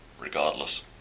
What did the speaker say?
regardless